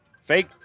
Fake